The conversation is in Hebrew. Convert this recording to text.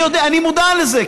אני מודע לזה.